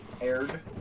aired